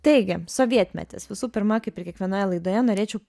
taigi sovietmetis visų pirma kaip ir kiekvienoje laidoje norėčiau